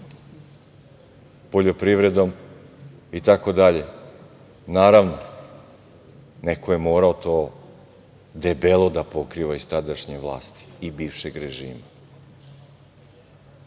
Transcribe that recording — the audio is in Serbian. poljoprivredom, i da ne nabrajam dalje. Naravno, neko je morao to debelo da pokriva iz tadašnje vlasti i bivšeg režima.